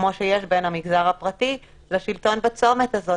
כמו שיש בין המגזר הפרטי לשלטון בצומת הזאת,